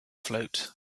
float